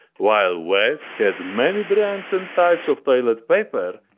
while west had many brands and types of toilet paper,